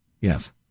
Yes